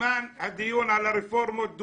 בזמן הדיון על הרפורמות,